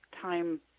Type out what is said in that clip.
time